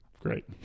Great